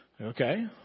Okay